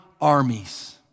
Armies